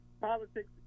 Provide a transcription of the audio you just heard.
politics